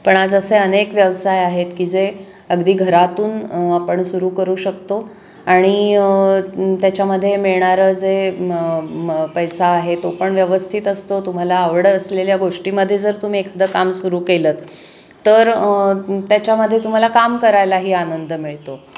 पण आज असे अनेक व्यवसाय आहेत की जे अगदी घरातून आपण सुरू करू शकतो आणि त्याच्यामध्ये मिळणारं जे पैसा आहे तो पण व्यवस्थित असतो तुम्हाला आवडत असलेल्या गोष्टीमध्ये जर तुम्ही एखादं काम सुरू केलं तर त्याच्यामध्ये तुम्हाला काम करायलाही आनंद मिळतो